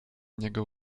niego